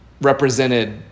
represented